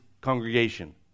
congregation